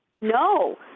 No